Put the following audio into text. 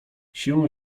siłą